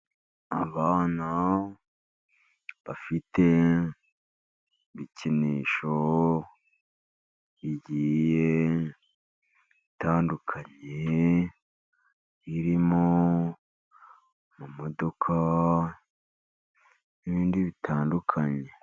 Abana bafite ibikinisho bigiye bitandukanye, birimo imodoka n'ibindi bitandukanye.